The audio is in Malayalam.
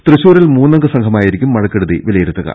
തൃശൂരിൽ മൂന്നംഗ സംഘമായിരിക്കും മഴക്കെടുതി വിലയിരു ത്തുക